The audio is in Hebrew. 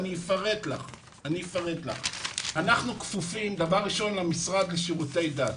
אנחנו כפופים למשרד לשירותי דת.